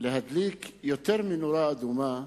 להדליק יותר מנורה אדומה.